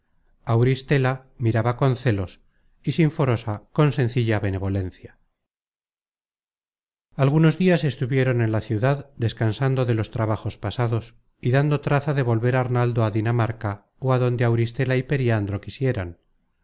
auristela miraba con celos y sinforosa con sencilla benevolencia a al content from google book search generated at algunos dias estuvieron en la ciudad descansando de los trabajos pasados y dando traza de volver arnaldo á dinamarca ó á donde auristela y periandro quisieran